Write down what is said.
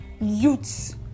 youths